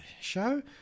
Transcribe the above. show